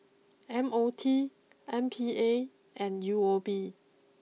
M O T M P A and U O B